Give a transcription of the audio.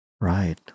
Right